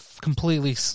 completely